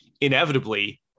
inevitably